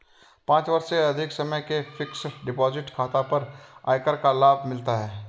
पाँच वर्ष से अधिक समय के फ़िक्स्ड डिपॉज़िट खाता पर आयकर का लाभ मिलता है